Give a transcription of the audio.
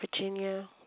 Virginia